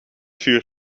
vuur